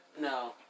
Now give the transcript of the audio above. No